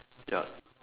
yup